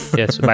yes